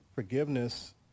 forgiveness